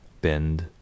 bend